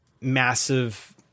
massive